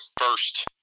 first